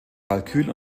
kalkül